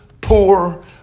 poor